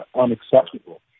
unacceptable